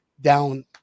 down